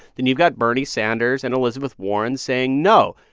then you've got bernie sanders and elizabeth warren saying, no.